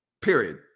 period